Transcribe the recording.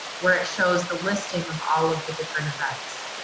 where it shows the listing of all of the different events.